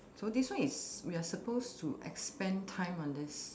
so this one is we are supposed to expand time on this